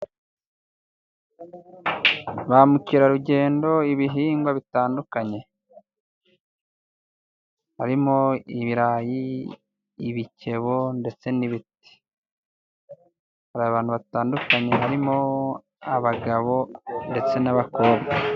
Ba mukerarugendo, ibihingwa bitandukanye. Harimo ibirayi, ibikebo, ndetse n'ibindi. Hari abantu batandukanye harimo abagabo ndetse n'abakobwa.